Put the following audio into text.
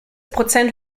prozent